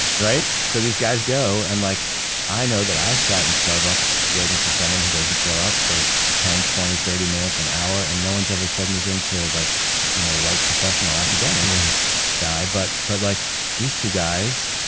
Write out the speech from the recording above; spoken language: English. right? so these guys go and, like i know that i've sat in starbucks waiting for someone who doesn't show up for ten, twenty, thirty minutes, an hour, and no one's ever said anything to a like you know white professional academic guy. but but like these two guys,